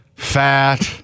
Fat